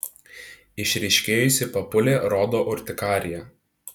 išryškėjusi papulė rodo urtikariją